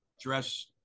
dress